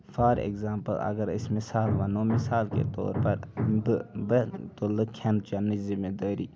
for example اَگر أسۍ مِثال وَنو مِثال کے طور پر بہٕ بہٕ تُلہٕ کھیٚن چٮ۪نٕچ زِمہٕ دٲری